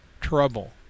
trouble